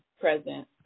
Present